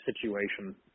situation